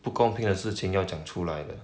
不公平的事情要讲出来的